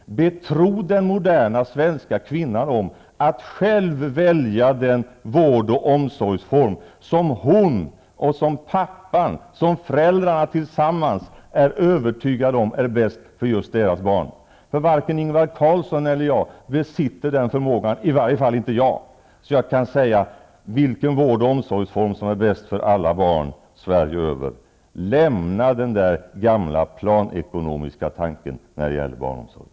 Betro den moderna svenska kvinnan med att själv välja den vård och omsorgsform som hon och som pappan, ja, som föräldrarna tillsammans, är övertygade om är bäst för just deras barn! Varken Ingvar Carlsson eller jag -- i varje fall inte jag -- besitter en sådan förmåga att det går att säga vilken vård och omsorgsform som är bäst för alla barn Sverige över. Lämna den gamla planekonomiska tanken när det gäller barnomsorgen.